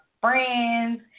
friends